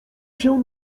się